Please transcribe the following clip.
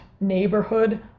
neighborhood